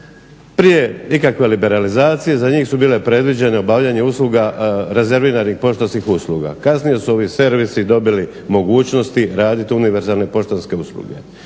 prije ikakve liberalizacije za njih su bile predviđene obavljanje usluga rezerviranih poštanskih usluga. Kasnije su ovi servisi dobili mogućnosti raditi univerzalne poštanske usluge.